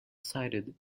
cited